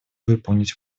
выполнить